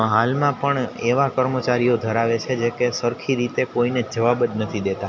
હાલમાં પણ એવા કર્મચારીઓ ધરાવે જે કે સરખી રીતે કોઈને જવાબ જ નથી દેતા